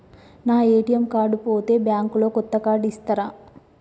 నా ATM card పోతే bank లో కొత్త కార్డు ఇస్తరా?